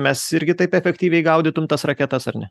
mes irgi taip efektyviai gaudytum tas raketas ar ne